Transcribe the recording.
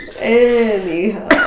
Anyhow